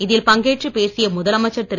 இதில் பங்கேற்று பேசிய முதல் அமைச்சர் திரு